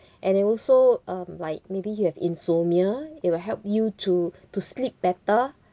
and it also um like maybe you have insomnia it will help you to to sleep better